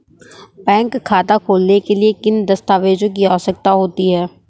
Bank खाता खोलने के लिए किन दस्तावेजों की आवश्यकता होती है?